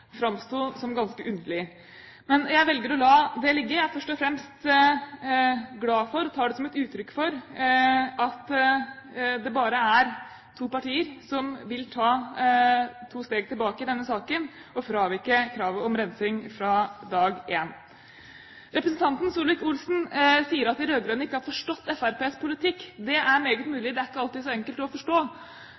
framsto som ganske underlig. Men jeg velger å la det ligge. Jeg er først og fremst glad for og tar det som et uttrykk for at det bare er to partier som vil ta to steg tilbake i denne saken og fravike kravet om rensing fra dag én. Representanten Solvik-Olsen sier at de rød-grønne ikke har forstått Fremskrittspartiets politikk. Det er meget mulig, den er ikke alltid så enkel å forstå.